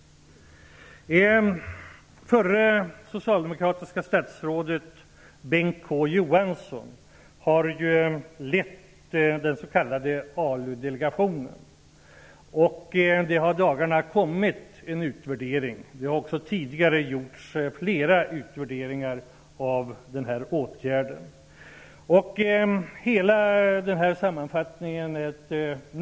Förra socialdemokratiska statsrådet Bengt K Å Johansson har ju lett den s.k. ALU-delegationen. Det har i dagarna lagts fram en utvärdering. Det har också tidigare gjorts flera utvärderingar. Det är ett nöje att läsa hela sammanfattningen.